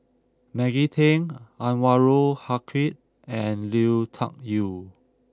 Maggie Teng Anwarul Haque and Lui Tuck Yew